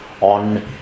on